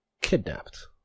kidnapped